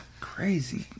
crazy